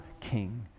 king